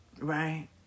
Right